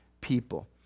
people